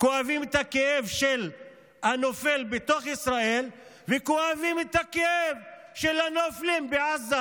כואבים את הכאב של הנופל בתוך ישראל וכואבים את הכאב של הנופלים בעזה.